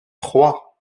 trois